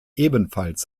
ebenfalls